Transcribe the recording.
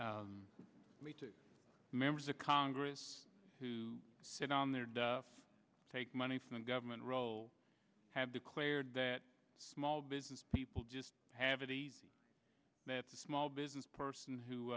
lead to members of congress who sit on their duffs take money from the government roll have declared that small business people just have it easy that the small business person who